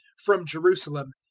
from jerusalem,